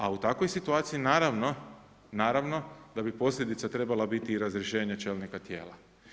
A u takvoj situaciji naravno da bi posljedica trebala biti i razrješenje čelnika tijela.